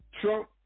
Trump